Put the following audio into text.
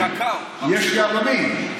יש יהלומים,